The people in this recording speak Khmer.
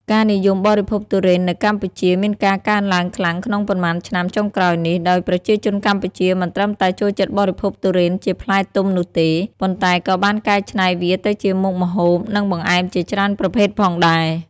ការនិយមបរិភោគទុរេននៅកម្ពុជាមានការកើនឡើងខ្លាំងក្នុងប៉ុន្មានឆ្នាំចុងក្រោយនេះ ដោយប្រជាជនកម្ពុជាមិនត្រឹមតែចូលចិត្តបរិភោគទុរេនជាផ្លែទុំនោះទេ ប៉ុន្តែក៏បានកែច្នៃវាទៅជាមុខម្ហូប និងបង្អែមជាច្រើនប្រភេទផងដែរ។